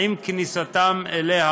עם כניסתם אליה,